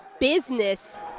Business